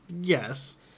Yes